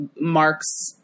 Mark's